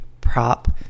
prop